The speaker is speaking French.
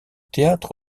théâtre